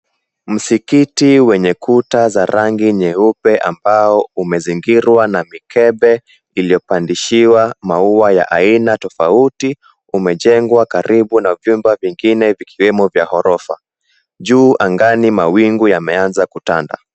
Msikiti wenye kuta za rangi nyeupe, ambao umezingirwa na mikebe iliyopandishia maua ya aina tofauti, umejengwa karibu na vyumba vingine vikiwemo vya gorofa. Juu angani, mawingu yameanza kutanda.